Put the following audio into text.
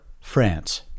France